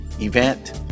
event